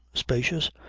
spacious,